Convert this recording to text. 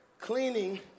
cleaning